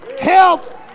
help